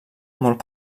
molt